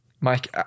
Mike